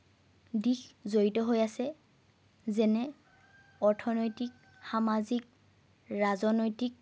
দিশ জড়িত হৈ আছে যেনে অৰ্থনৈতিক সামাজিক ৰাজনৈতিক